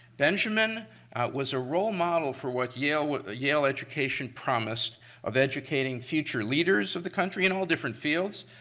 benjamin was a role model for what yale what yale education promised of educating future leaders of the country in all different fields.